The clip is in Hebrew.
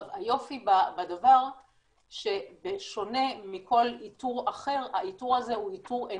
היופי בדבר שבשונה מכל איתור אחר האיתור הזה הוא איתור NLP,